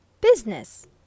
Business